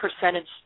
percentage